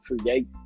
create